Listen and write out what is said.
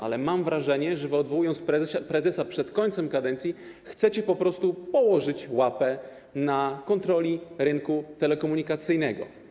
Ale mam wrażenie, że wy odwołując prezesa przed końcem kadencji, chcecie po prostu położyć łapę na kontroli rynku telekomunikacyjnego.